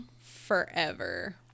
Forever